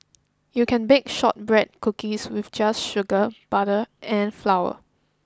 you can bake shortbread cookies with just sugar butter and flour